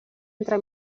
entre